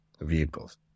vehicles